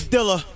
Dilla